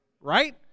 right